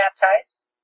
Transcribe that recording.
baptized